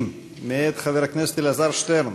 90 מאת חבר הכנסת אלעזר שטרן.